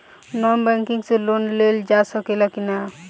Non banking से loan लेल जा ले कि ना?